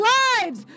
lives